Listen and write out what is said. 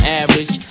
average